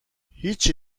هیچی